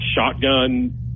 shotgun